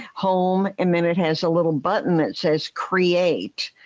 home, and then it has a little button that says create.